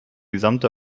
gesamte